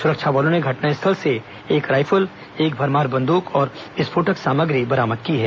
सुरक्षा बलों ने घटनास्थल से एक राइफल एक भरमार बंदूक और विस्फोटक सामग्री बरामद की है